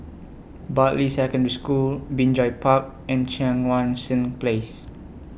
Bartley Secondary School Binjai Park and Cheang Wan Seng Place